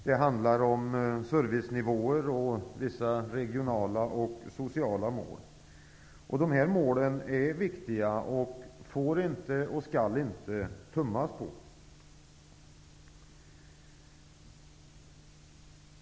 Det handlar om servicenivåer och vissa regionala och sociala mål. Dessa mål är viktiga och får inte och skall inte tummas på.